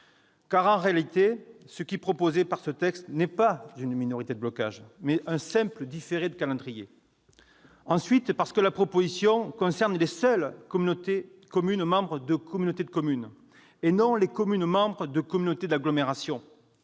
Car, en réalité, ce qui est proposé par ce texte est non pas une réelle minorité de blocage, mais un simple différé de calendrier ! Ensuite, parce que la proposition de loi concerne les seules communes membres de communautés de communes et non pas les communes membres de communautés d'agglomération.